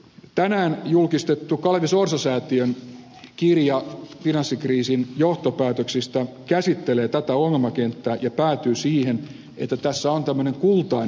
tänään julkistettu kalevi sorsa säätiön kirja finanssikriisin johtopäätöksistä käsittelee tätä ongelmakenttää ja päätyy siihen että tässä on tämmöinen kultainen hetki